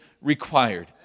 required